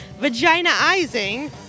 vaginaizing